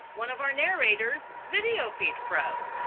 one of our narrator's video feed froze.